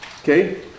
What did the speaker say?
Okay